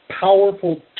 powerful